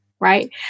right